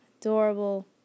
adorable